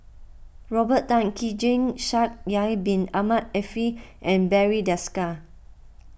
Robert Tan Keng Jee Shaikh Yahya Bin Ahmed Afifi and Barry Desker